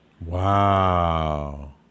Wow